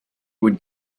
would